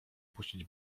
puścić